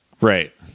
Right